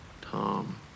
Tom